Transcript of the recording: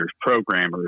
programmers